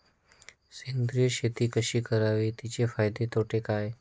सेंद्रिय शेती कशी करावी? तिचे फायदे तोटे काय?